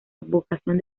advocación